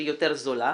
שהיא יותר זולה,